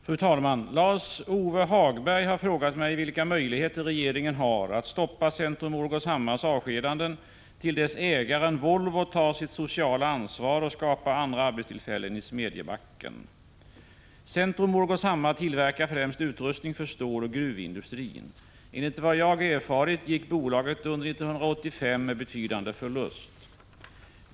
Fru talman! Lars-Ove Hagberg har frågat mig vilka möjligheter regeringen har att stoppa Centro-Morgårdshammars avskedanden till dess ägaren Volvo tar sitt sociala ansvar och skapar andra arbetstillfällen i Smedjebacken. Centro-Morgårdshammar tillverkar främst utrustning för ståloch gruvindustrin. Enligt vad jag erfarit gick bolaget under år 1985 med betydande förlust.